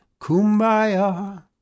kumbaya